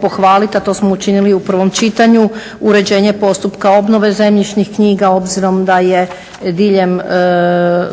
pohvaliti a to smo učinili u prvom čitanju, uređenje postupka obnove zemljišnih knjiga obzirom da je diljem